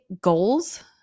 goals